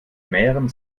mehren